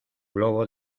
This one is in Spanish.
globo